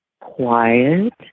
quiet